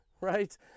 right